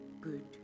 good